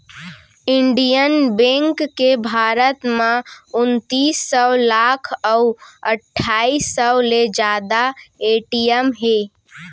Indian bank के भारत म उनतीस सव साखा अउ अट्ठाईस सव ले जादा ए.टी.एम हे